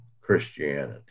Christianity